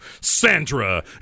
Sandra